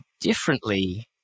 differently